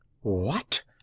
What